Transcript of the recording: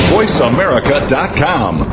VoiceAmerica.com